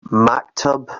maktub